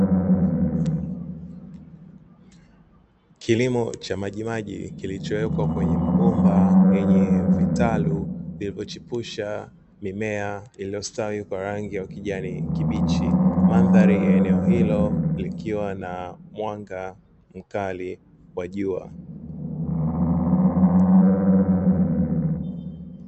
Kilimo cha majimaji kilichowekwa kwenye mabomba yenye vitalu vilivyochipusha mimea iliyostawi kwa rangi ya ukijani kibichi. Mandhari ya eneo hilo likiwa na mwanga mkali wa jua.